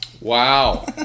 Wow